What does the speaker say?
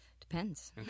Depends